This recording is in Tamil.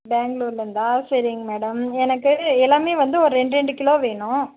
பேங்க்ளுரிலருந்தா சரிங்க மேடம் எனக்கு எல்லாமே வந்து ஒரு ரெண்டு ரெண்டு கிலோ வேணும்